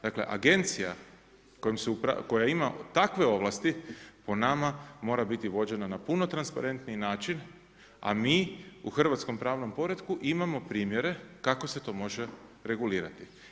Dakle, agencija koja ima takve ovlasti, po nama mora biti vođena na puno transparentniji način, a mi u hrvatskom pravnom poretku imamo primjere kako se to može regulirati.